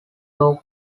low